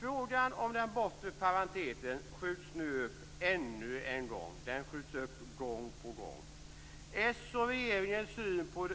Frågan om den bortre parentesen skjuts nu upp ännu en gång - den skjuts upp gång på gång. Socialdemokraternas och regeringens syn på